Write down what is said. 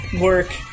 work